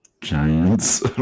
Giants